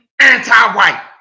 anti-white